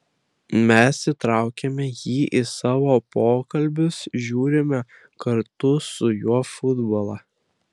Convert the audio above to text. mes įtraukiame jį į savo pokalbius žiūrime kartu su juo futbolą